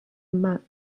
matte